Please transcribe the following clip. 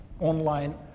online